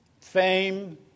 fame